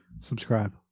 Subscribe